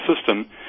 system